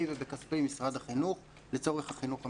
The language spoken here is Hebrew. ובכספי משרד החינוך לצורך החינוך המיוחד.